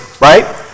right